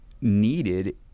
needed